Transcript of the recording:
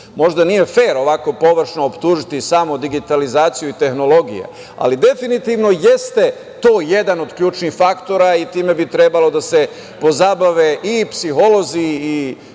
nije fer ovako površno optužiti samo digitalizaciju i tehnologije, ali definitivno jeste to jedan od ključnih faktora i time bi trebalo da se pozabave i psiholozi i sociolozi